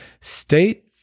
state